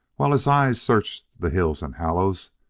while his eyes searched the hills and hollows,